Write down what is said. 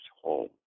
home